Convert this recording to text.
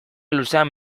luzean